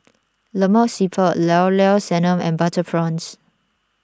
Lemak Siput Llao Llao Sanum and Butter Prawns